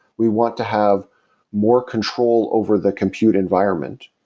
we want to have more control over the compute environment,